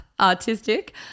artistic